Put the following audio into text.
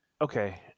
okay